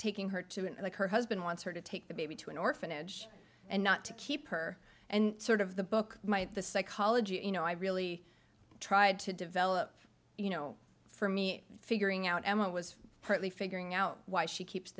like her husband wants her to take the baby to an orphanage and not to keep her and sort of the book might the psychology you know i really tried to develop you know for me figuring out emma was partly figuring out why she keeps